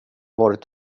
varit